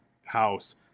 house